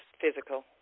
physical